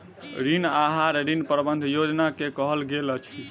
ऋण आहार, ऋण प्रबंधन योजना के कहल गेल अछि